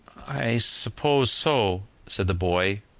i suppose so, said the boy,